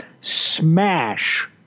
smash